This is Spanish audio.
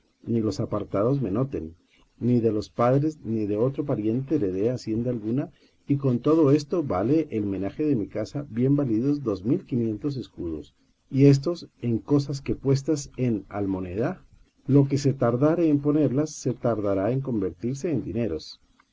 ni los apartados me noten ni de mis padres ni de otro pariente heredé h acienda alguna y con todo esto vale el menaje de mi casa bien validos dos mil y quinientos escudos y éstos en cosas que puestas en almoneda lo que se tardare en ponellas se tardará en convertirse en dineros